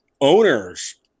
owners